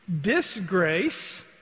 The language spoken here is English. Disgrace